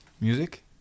music